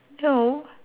no